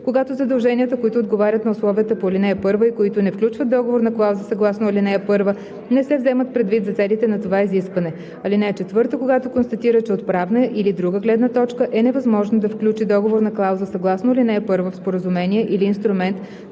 когато задълженията, които отговарят на условията по ал. 1 и които не включват договорна клауза съгласно ал. 1, не се вземат предвид за целите на това изискване. (4) Когато констатира, че от правна или друга гледна точка е невъзможно да включи договорна клауза съгласно ал. 1 в споразумение или инструмент,